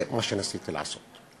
זה מה שניסיתי לעשות.